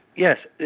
yes,